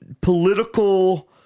political